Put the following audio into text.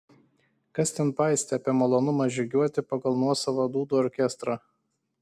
kas ten paistė apie malonumą žygiuoti pagal nuosavą dūdų orkestrą